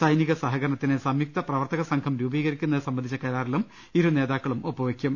സൈനിക സഹകരണത്തിന് സംയുക്ത പ്രവർത്തക സംഘം രൂപീകരിക്കുന്നത് സംബന്ധിച്ച കരാറിലും ഇരു നേതാ ക്കളും ഒപ്പുവെയ്ക്കും